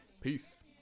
Peace